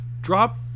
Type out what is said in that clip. Drop